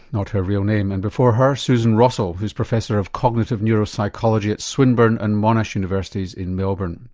not her real name, and before her susan rossell who's professor of cognitive neuropsychology at swinburne and monash universities in melbourne.